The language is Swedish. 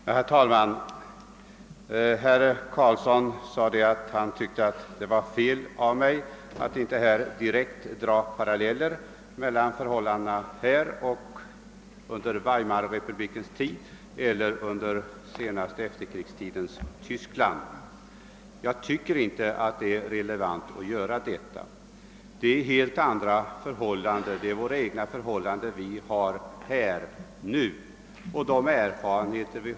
Herr talman! Herr Carlsson i Tyresö tyckte det var fel av mig att inte dra direkta paralleller mellan förhållandena hos oss och de som rådde i Tyskland under Weimarrepublikens tid. Jag hävdar fortfarande att det inte är relevant med sådana paralleller. Vi i Sverige har helt andra förhållanden och erfarenheter av gångna tiders politiska utveckling än dessa länder.